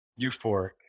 euphoric